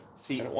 see